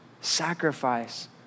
sacrifice